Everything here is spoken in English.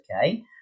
okay